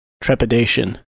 trepidation